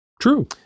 True